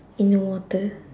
in the water